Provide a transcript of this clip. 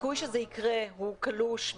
הסיכוי שזה יקרה הוא קלוש,